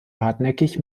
hartnäckig